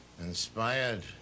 inspired